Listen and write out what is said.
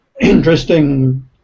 interesting